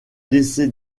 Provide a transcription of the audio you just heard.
laissé